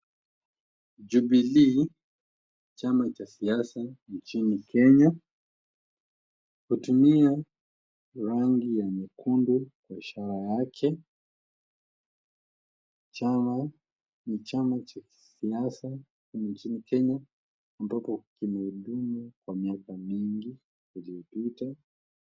Jubilee, chama cha siasa nchini Kenya hutumia rangi ya nyekundu kwa ishara yake, ni chama cha kisiasa nchini Kenya, ambapo kimehudumu kwa miaka mingi iliyopita.